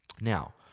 Now